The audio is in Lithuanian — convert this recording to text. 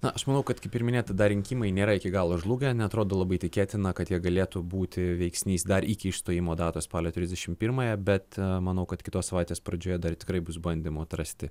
na aš manau kad kaip ir minėjote dar rinkimai nėra iki galo žlugę neatrodo labai tikėtina kad jie galėtų būti veiksnys dar iki išstojimo datos spalio trisdešim pirmąją bet manau kad kitos savaitės pradžioje dar tikrai bus bandymų atrasti